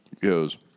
goes